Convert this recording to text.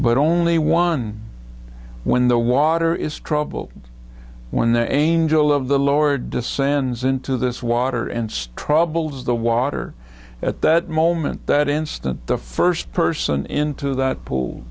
but only one when the water is trouble when the angel of the lower descends into this water and strobl of the water at that moment that instant the first person into that pool